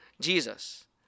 Jesus